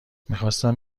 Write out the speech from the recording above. میخواستم